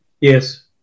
Yes